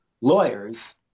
lawyers